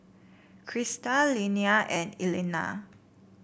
Krysta Leanna and Elena